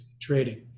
trading